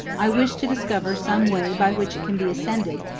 i wish to discover some way by which it can be ascended,